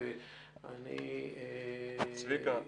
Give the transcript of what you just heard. שאני --- צביקה,